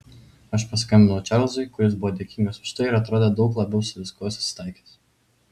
aš paskambinau čarlzui kuris buvo dėkingas už tai ir atrodė daug labiau su viskuo susitaikęs